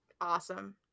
Awesome